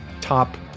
Top